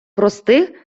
простих